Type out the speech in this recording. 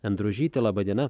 endružytė laba diena